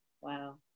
Wow